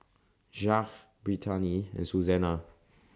Jacque Brittaney and Suzanna